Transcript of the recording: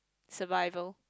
survival